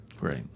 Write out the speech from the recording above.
Right